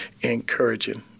encouraging